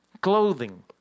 Clothing